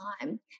time